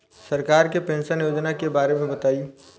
सरकार के पेंशन योजना के बारे में बताईं?